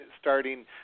starting